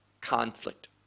Conflict